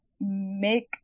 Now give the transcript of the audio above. make